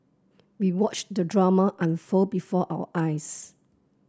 we watched the drama unfold before our eyes